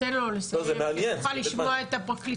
תן לו לסיים שנוכל לשמוע את הפרקליטות.